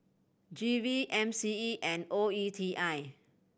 G V M C E and O E T I